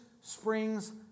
springs